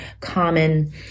common